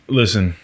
listen